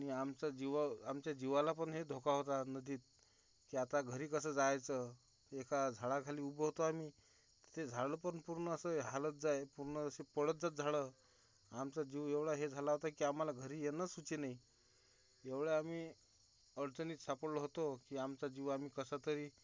आणि आमचा जीवावर आमच्या जीवाला पण हे धोका होता नदीत की आता घरी कसं जायचं एका झाडाखाली उभो होतो आम्ही ते झाड पण पूर्ण असं ये हालत जाये पूर्ण असे पळतच झालं आमचा जीव एवढा हे झाला होता की आम्हाला घरी येणं सुचे नाही एवढं आम्ही अडचणीत सापडलो होतो की आमचा जीव आम्ही कसा तरी